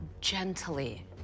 gently